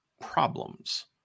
problems